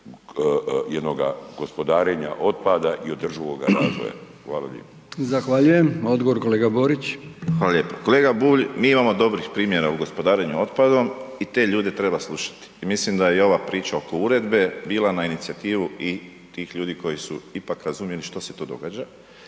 jednoga gospodarenja otpada i održivoga razvoja. Hvala lijepo. **Brkić, Milijan (HDZ)** Zahvaljujem. Odgovor, kolega Borić. **Borić, Josip (HDZ)** Hvala lijepa. Kolega Bulj, mi imamo dobrih primjera u gospodarenju otpadom i te ljude treba slušati. Mislim da i ova priča oko uredbe je bila na inicijativu i tih ljudi koji su ipak razumjeli šta se to događa